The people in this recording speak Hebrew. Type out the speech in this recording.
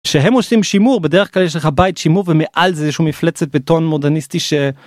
שהם עושים שימור בדרך כלל יש לך בית שימור ומעל זה איזשהו מפלצת בטון מודרניסטי ש...